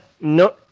no